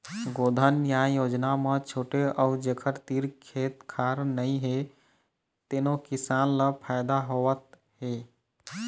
गोधन न्याय योजना म छोटे अउ जेखर तीर खेत खार नइ हे तेनो किसान ल फायदा होवत हे